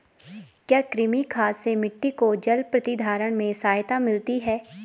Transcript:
क्या कृमि खाद से मिट्टी को जल प्रतिधारण में सहायता मिलती है?